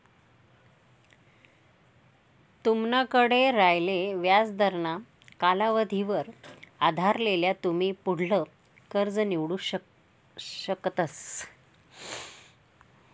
तुमनाकडे रायेल व्याजदरना कालावधीवर आधारेल तुमी पुढलं कर्ज निवडू शकतस